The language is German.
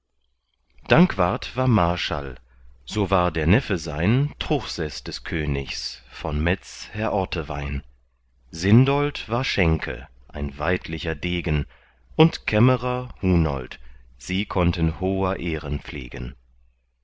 dankwart war marschall so war der neffe sein truchseß des königs von metz herr ortewein sindold war schenke ein weidlicher degen und kämmerer hunold sie konnten hoher ehren pflegen